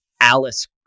Alice